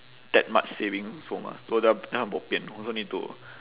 that much saving also mah so the then I bo pian also need to